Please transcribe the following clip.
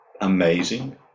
amazing